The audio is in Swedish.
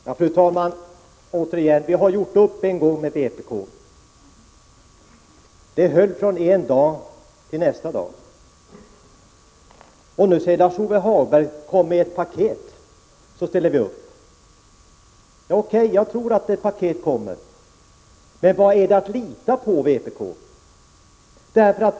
Fru talman! Jag vill återigen säga att vi en gång har gjort upp med vpk. Överenskommelsen höll från den ena dagen till den andra. Nu säger Lars-Ove Hagberg: Kom med ett paket, så ställer vi upp. O.K.— jag tror att ett paket kommer. Men hur mycket kan vi lita på vpk?